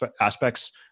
aspects